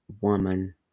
Woman